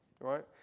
right